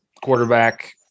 quarterback